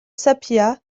sapieha